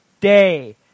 day